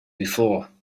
before